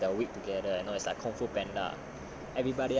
everyone will wait together you know it's like kung fu panda